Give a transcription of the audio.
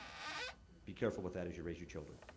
be careful with that as you raise your children.